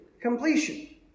completion